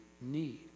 need